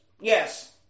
Yes